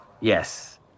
Yes